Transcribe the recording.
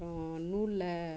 அப்புறோம் நூலில்